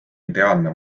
ideaalne